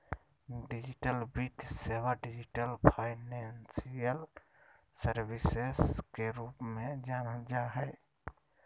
digital वित्तीय सेवा, digital financial services के रूप में जानल जा हइ